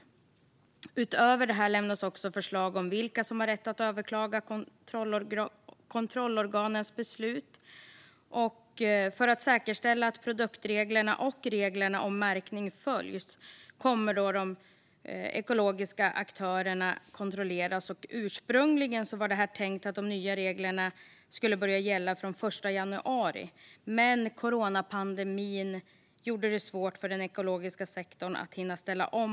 Utöver det lämnas också förslag om vilka som har rätt att överklaga kontrollorganens beslut. För att säkerställa att produktreglerna och reglerna om märkning följs kommer de ekologiska aktörerna att kontrolleras. Ursprungligen var det tänkt att de nya reglerna skulle börja gälla från den 1 januari 2021. Men coronapandemin gjorde det svårt för den ekologiska sektorn att hinna ställa om.